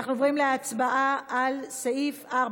אנחנו עוברים להצבעה על סעיף 2,